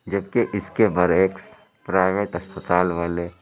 جبکہ اِس کے برعکس پرائیویٹ اسپتال والے